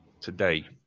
today